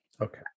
Okay